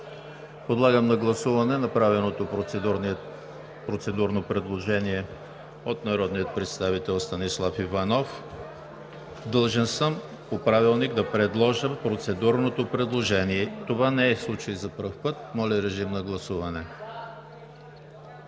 Подлагам на гласуване направеното процедурно предложение от народния представител Станислав Иванов. Длъжен съм по Правилник да предложа процедурното предложение. Това не е случай за пръв път. Гласували